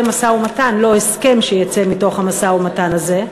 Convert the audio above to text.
משא-ומתן ולא הסכם שיצא מתוך המשא-ומתן הזה,